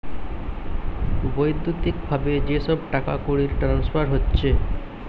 বৈদ্যুতিক ভাবে যে সব টাকাকড়ির ট্রান্সফার হচ্ছে